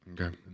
okay